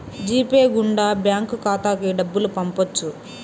G Pay గుండా bank ఖాతాకి డబ్బులు పంపొచ్చు